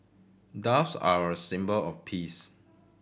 doves are a symbol of peace